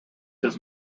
his